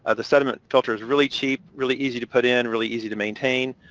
ah the sediment filter's really cheap, really easy to put in, really easy to maintain.